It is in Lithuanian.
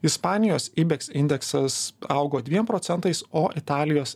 ispanijos ibeks indeksas augo dviem procentais o italijos